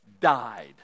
died